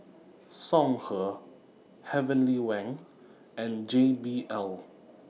Songhe Heavenly Wang and J B L